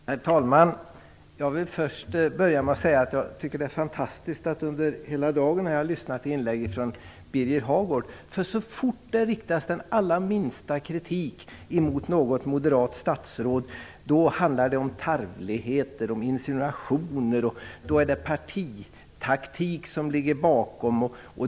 Herr talman! Jag vill börja med att säga att jag tycker att det har varit fantastiskt att hela dagen lyssna till inlägg från Birger Hagård. Så fort den allra minsta kritik riktas mot något moderat statsråd handlar det om tarvligheter och insinuationer, och då är det partitaktik som ligger bakom.